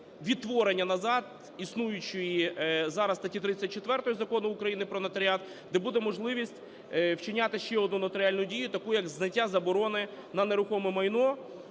відтворення назад існуючої зараз статті 34 Закону України "Про нотаріат", де буде можливість вчиняти ще одну нотаріальну дію, таку, як зняття заборони на нерухоме майно